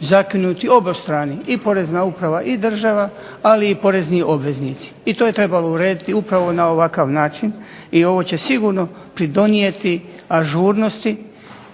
zakinuti obostrano i porezna uprava i država ali i porezni obveznici, i ovoj e trebalo urediti na ovakav način i ovo će sigurno pridonijeti ažurnosti